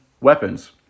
weapons